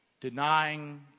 Denying